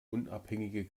unabhängige